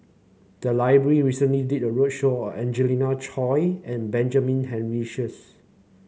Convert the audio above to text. the library recently did a roadshow on Angelina Choy and Benjamin Henry Sheares